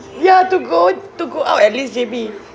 ya to go to go out at least J_B